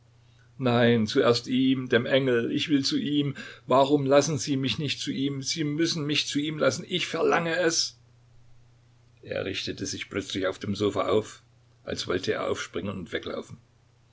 nein zuerst ihm dem engel ich will zu ihm warum lassen sie mich nicht zu ihm sie müssen mich zu ihm lassen ich verlange es er richtete sich plötzlich auf dem sofa auf als wollte er aufspringen und weglaufen